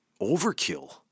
Overkill